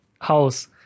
house